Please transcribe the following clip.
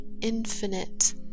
infinite